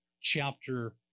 chapter